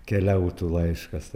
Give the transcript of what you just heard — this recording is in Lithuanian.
keliautų laiškas